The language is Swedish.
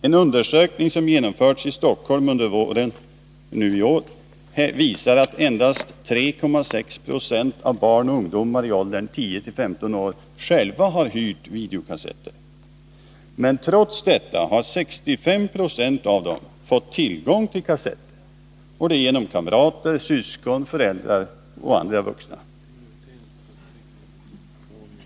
En undersökning som genomförts i Stockholm nu i vår visar att endast 3,6 6 av barn och ungdomar i åldern 10-15 år själva har hyrt videokassetter. Men trots detta har 65 20 av dem fått tillgång till kassetter genom kamrater, syskon, föräldrar eller andra vuxna.